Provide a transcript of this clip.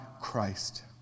Christ